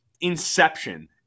inception